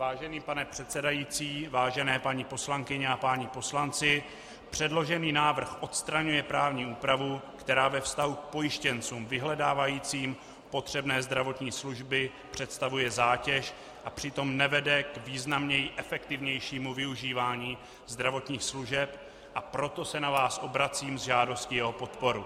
Vážený pane předsedající, vážené paní poslankyně a páni poslanci, předložený návrh odstraňuje právní úpravu, která ve vztahu k pojištěncům vyhledávajícím potřebné zdravotní služby představuje zátěž a přitom nevede k významně efektivnějšímu využívání zdravotních služeb, a proto se na vás obracím s žádostí o podporu.